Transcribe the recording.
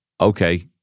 okay